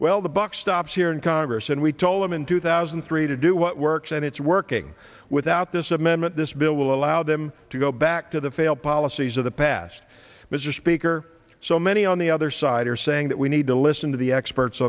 well the buck stops here in congress and we told them in two thousand and three to do what works and it's working without this amendment this bill will allow them to go back to the failed policies of the past mr speaker so many on the other side are saying that we need to listen to the experts